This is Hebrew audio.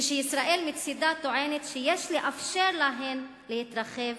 כשישראל מצדה טוענת שיש לאפשר להם להתרחב